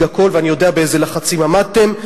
הכול ואני יודע באיזה לחצים עמדתם,